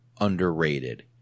underrated